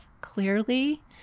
clearly